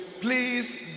Please